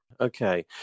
Okay